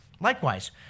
Likewise